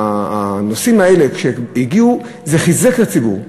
הנושאים האלה, כשהגיעו, זה חיזק את הציבור.